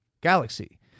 Galaxy